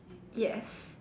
yes